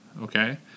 Okay